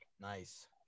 Nice